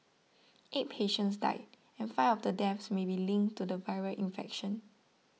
eight patients died and five of the deaths may be linked to the viral infection